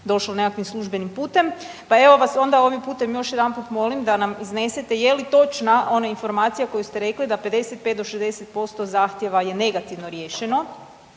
došlo nekakvim službenim putem. Pa evo onda vas ovim putem još jedanput molim da nam iznesete je li točna ona informacija koju ste rekli da 55 do 60% zahtjeva je negativno riješeno